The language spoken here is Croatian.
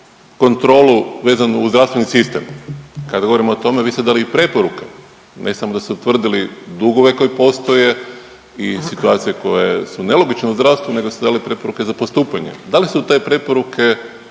kontrolu vezanu uz zdravstveni sistem. Kad govorimo o tome vi ste dali i preporuke, ne samo da ste utvrdili dugove koji postoje i situacije koje su nelogične u zdravstvu nego ste dali preporuke za postupanje. Da li su te preporuke